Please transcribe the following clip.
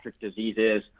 diseases